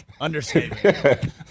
Understand